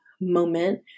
moment